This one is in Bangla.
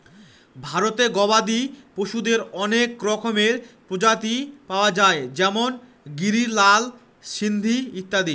ভারতে গবাদি পশুদের অনেক রকমের প্রজাতি পাওয়া যায় যেমন গিরি, লাল সিন্ধি ইত্যাদি